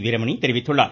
வீரமணி தெரிவித்துள்ளார்